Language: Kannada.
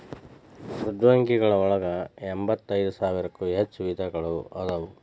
ಮೃದ್ವಂಗಿಗಳ ಒಳಗ ಎಂಬತ್ತೈದ ಸಾವಿರಕ್ಕೂ ಹೆಚ್ಚ ವಿಧಗಳು ಅದಾವ